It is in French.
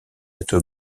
être